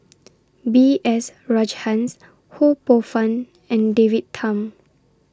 B S Rajhans Ho Poh Fun and David Tham